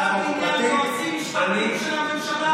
רק כשההצעה היא בעניין יועצים משפטיים של הממשלה,